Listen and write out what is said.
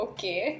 Okay